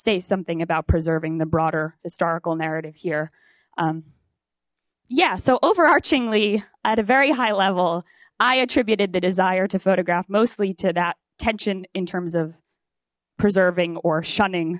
say something about preserving the broader historical narrative here yeah so overarching lee at a very high level i attributed the desire to photograph mostly to that tension in terms of preserving or shunning